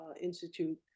Institute